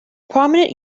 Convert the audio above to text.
prominent